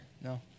No